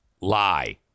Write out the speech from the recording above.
Lie